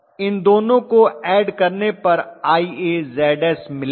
इन दोनों को ऐड करने पर IaZs मिलेगा